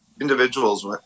individuals